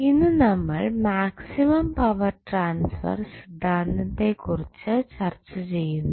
ഇന്ന് നമ്മൾ maximum power transfer സിദ്ധാന്തത്തെ കുറിച്ച് ചർച്ച ചെയ്യുന്നു